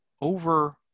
over